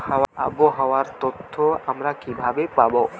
আবহাওয়ার তথ্য আমরা কিভাবে পাব?